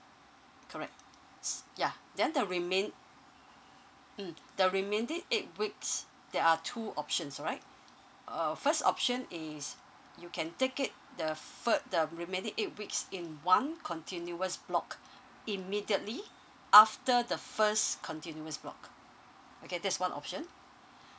correct yeah then the remain mm the remaining eight weeks there are two options alright uh first option is you can take it the fi~ the remaining eight weeks in one continuous block immediately after the first continuous block okay that's one option